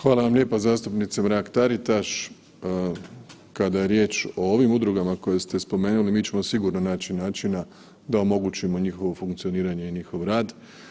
Hvala vam lijepa zastupnice Mrak Taritaš, kada je riječ o ovim udrugama koje ste spomenuli mi ćemo sigurno naći načina da omogućimo njihovo funkcioniranje i njihov rad.